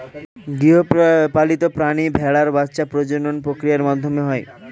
গৃহপালিত প্রাণী ভেড়ার বাচ্ছা প্রজনন প্রক্রিয়ার মাধ্যমে হয়